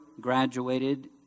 graduated